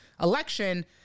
election